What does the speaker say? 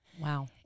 Wow